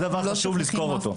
זה דבר חשוב לזכור אותו.